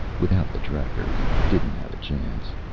without the tracker, he didn't have a chance.